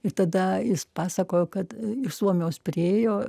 ir tada jis pasakojo kad iš suomijos priėjo